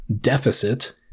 deficit